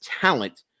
talent